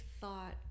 thought